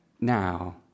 now